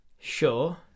Sure